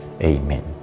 Amen